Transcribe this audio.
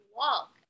walk